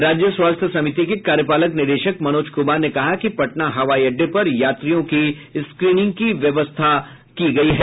राज्य स्वास्थ्य समिति के कार्यपालक निदेशक मनोज कुमार ने कहा कि पटना हवाई अड्डे पर यात्रियों की स्क्रीनिंग की व्यवस्था की जायेगी